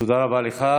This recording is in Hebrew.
תודה רבה לך.